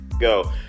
Go